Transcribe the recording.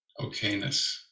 okayness